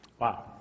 Wow